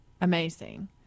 amazing